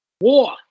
war